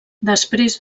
després